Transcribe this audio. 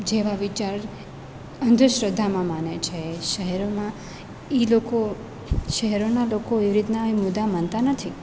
જેવા વિચાર અંધશ્રદ્ધામાં માને છે શહેરોમાં એ લોકો શહેરોના લોકો એ રીતના એ મુદ્દા માનતા નથી